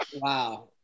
Wow